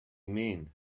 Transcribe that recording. mean